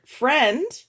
friend